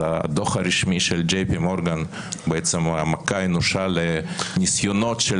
הדוח הרשמי של ג'י.פי מורגן אומר מכה אנושה לניסיונות של